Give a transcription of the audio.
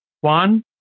One